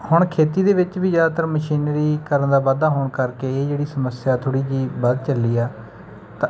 ਹੁਣ ਖੇਤੀ ਦੇ ਵਿੱਚ ਵੀ ਜ਼ਿਆਦਾਤਰ ਮਸ਼ੀਨੀਕਰਨ ਦਾ ਵਾਧਾ ਹੋਣ ਕਰਕੇ ਇਹ ਜਿਹੜੀ ਸਮੱਸਿਆ ਜਿਹੜੀ ਥੋੜ੍ਹੀ ਜਿਹੀ ਵੱਧ ਚੱਲੀ ਹੈ ਤਾਂ